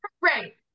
right